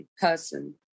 person